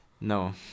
No